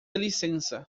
licença